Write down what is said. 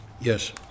Yes